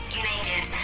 united